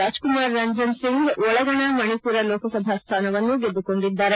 ರಾಜ್ಕುಮಾರ್ ರಂಜನ್ ಸಿಂಗ್ ಒಳಗಣ ಮಣಿಮರ ಲೋಕಸಭಾ ಸ್ಥಾನವನ್ನು ಗೆದ್ದುಕೊಂಡಿದ್ದಾರೆ